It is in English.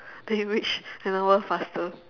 then we reach an hour faster